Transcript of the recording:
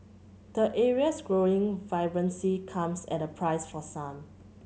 the area's growing vibrancy comes at a price for some